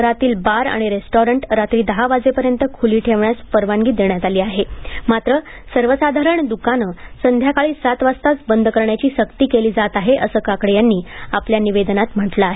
शहरातील बार आणि रेस्टॉरंट रात्री दहा वाजेपर्यंत खुली ठेवण्यास परवानगी देण्यात आली आहे मात्र सर्वसाधारण दुकाने संध्याकाळी सात वाजताच बंद करण्याची सक्ती केली जात आहे असं काकडे यांनी आपल्या निवेदनात म्हटलं आहे